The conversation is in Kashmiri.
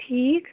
ٹھیٖک